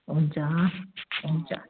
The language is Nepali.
हुन्छ हुन्छ